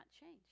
change